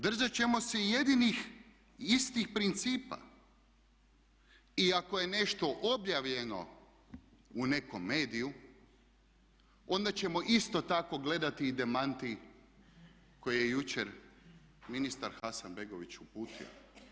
Držat ćemo se jedinih istih principa i ako je nešto objavljeno u nekom mediju onda ćemo isto tako gledati i demanti koji je jučer ministar Hasanbegović uputio.